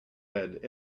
had